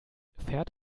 fährt